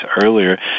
earlier